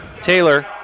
Taylor